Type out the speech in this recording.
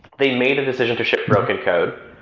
they made a decision to shift broken code,